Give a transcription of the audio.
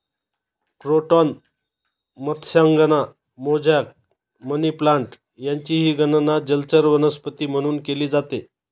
croton मत्स्यांगना, mosaic, money plant यांचीही गणना जलचर वनस्पती म्हणून केली जाते